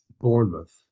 Bournemouth